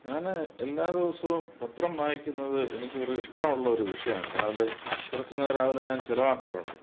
ഞാൻ എല്ലാ ദിവസവും പത്രം വായിക്കുന്നത് എനിക്ക് ഒരു ഇഷ്ടമുള്ള ഒരു വിഷയമാണ് രാവിലെ കുറച്ചു നേരം അതിന് ഞാൻ ചിലവാക്കാറുണ്ട്